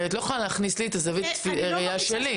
את לא יכולה להכניס לי את זווית הראייה שלך.